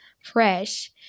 fresh